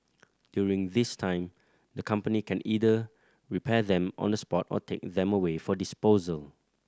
during this time the company can either repair them on the spot or take them away for disposal